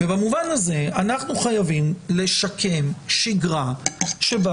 ובמובן הזה אנחנו חייבים לשקם שגרה שבה